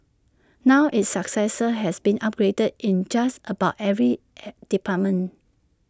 now its successor has been upgraded in just about every department